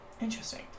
interesting